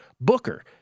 Booker